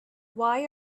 why